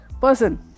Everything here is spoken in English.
person